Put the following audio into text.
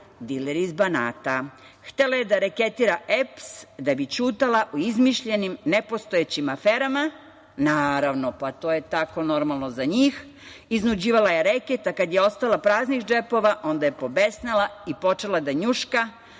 dileri iz Banata.